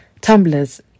tumblers